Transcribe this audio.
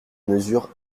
mesures